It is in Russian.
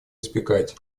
избегать